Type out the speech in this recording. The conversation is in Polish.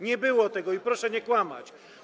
Nie było tego i proszę nie kłamać.